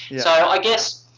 so, i guess,